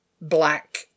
black